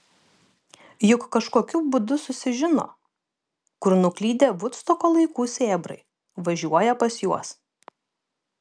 juk kažkokiu būdu susižino kur nuklydę vudstoko laikų sėbrai važiuoja pas juos